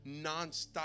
Nonstop